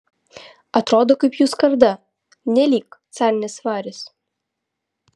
atrodo kaip jų skarda nelyg carinis varis